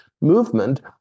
movement